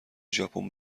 ژاپن